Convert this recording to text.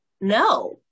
No